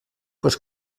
pues